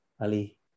Ali